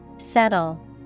Settle